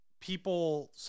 people